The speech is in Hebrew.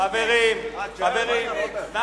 גם הם לא